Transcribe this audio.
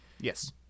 Yes